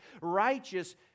righteous